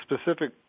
specific